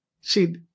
See